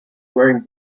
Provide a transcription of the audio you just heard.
wearing